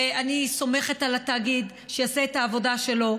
ואני סומכת על התאגיד שיעשה את העבודה שלו.